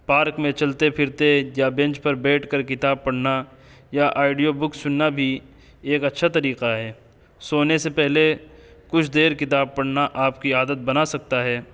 park میں چلتے پھرتے یا بینچ پر بیٹھ کر کتاب پڑھنا یا آڈیو بکس سننا بھی ایک اچّھا طریقہ ہے سونے سے پہلے کچھ دیر کتاب پڑھنا آپ کی عادت بنا سکتا ہے